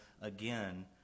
again